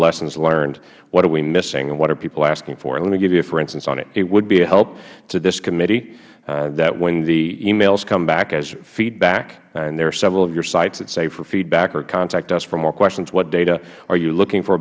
lessons learned what are we missing what are people asking for let me give you a for instance on it it would be a help to this committee that when the emails come back as feedback and there are several of your sites that say for feedback or contact us for more questions what data are you looking for